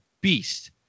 beast